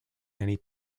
many